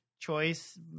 choice